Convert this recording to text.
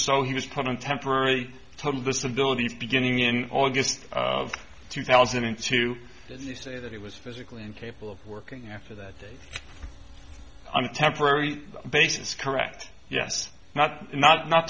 so he was put on temporary total disability beginning in august of two thousand and two that he was physically incapable of working after that i'm a temporary basis correct yes not not not